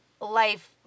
life